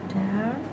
down